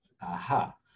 Aha